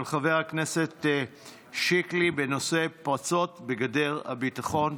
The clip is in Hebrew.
של חבר הכנסת שיקלי, בנושא פרצות בגדר הביטחון.